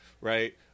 right